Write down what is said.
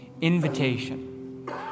invitation